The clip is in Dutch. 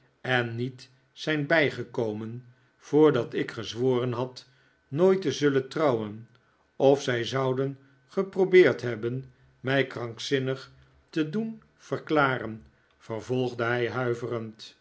en niet zijn bijgekomen voordat ik gezworen had nooit te zullen trouwen of zij zouden geprobeerd hebben mij krankzinnig te doen verklaren vervolgde hij huiverend